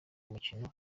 umukino